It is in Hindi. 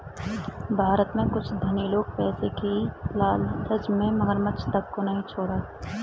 भारत में कुछ धनी लोग पैसे की लालच में मगरमच्छ तक को नहीं छोड़ा